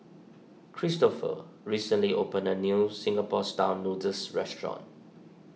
Kristofer recently opened a new Singapore Style Noodles restaurant